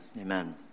Amen